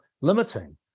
limiting